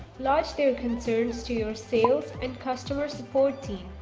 lodge their concerns to your sales and customer support team.